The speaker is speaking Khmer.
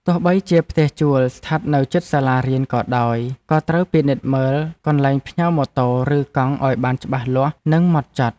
ទោះបីជាផ្ទះជួលស្ថិតនៅជិតសាលារៀនក៏ដោយក៏ត្រូវពិនិត្យមើលកន្លែងផ្ញើម៉ូតូឬកង់ឱ្យបានច្បាស់លាស់និងហ្មត់ចត់។